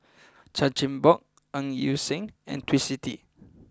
Chan Chin Bock Ng Yi Sheng and Twisstii